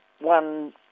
one